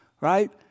Right